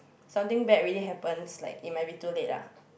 something bad really happens like it might be too late ah